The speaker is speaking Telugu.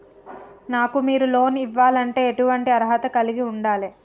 నాకు మీరు లోన్ ఇవ్వాలంటే ఎటువంటి అర్హత కలిగి వుండాలే?